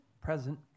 Present